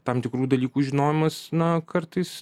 tam tikrų dalykų žinojimas na kartais